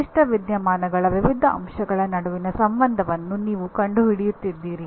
ನಿರ್ದಿಷ್ಟ ವಿದ್ಯಮಾನಗಳ ವಿವಿಧ ಅಂಶಗಳ ನಡುವಿನ ಸಂಬಂಧವನ್ನು ನೀವು ಕಂಡುಹಿಡಿಯುತ್ತಿದ್ದೀರಿ